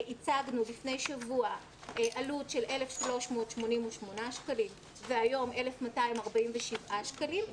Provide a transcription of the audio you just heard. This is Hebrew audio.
הצגנו לפני שבוע עלות של 1,388 שקלים והיום הסכום הוא 1,247 שקלים,